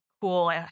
cool